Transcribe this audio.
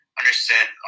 understand